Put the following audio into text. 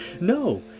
no